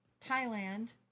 Thailand